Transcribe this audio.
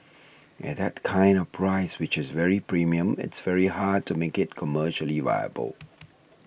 at that kind of price which is very premium it's very hard to make it commercially viable